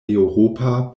eŭropa